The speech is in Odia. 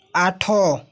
ଆଠ